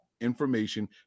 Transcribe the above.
information